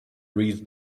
reads